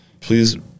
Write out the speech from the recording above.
please